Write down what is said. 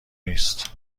نیست